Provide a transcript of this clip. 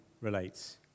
relates